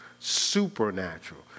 Supernatural